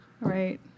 Right